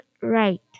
right